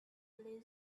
believe